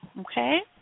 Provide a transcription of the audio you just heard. Okay